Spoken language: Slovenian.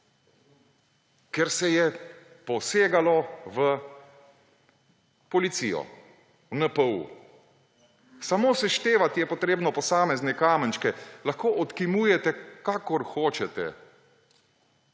ker se je posegalo v policijo, v NPU. Samo seštevat je potrebno posamezne kamenčke. Lahko odkimujete, kakor hočete.